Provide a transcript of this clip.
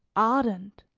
ardent,